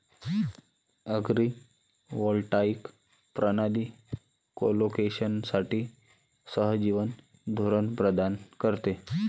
agrivoltaic प्रणाली कोलोकेशनसाठी सहजीवन धोरण प्रदान करते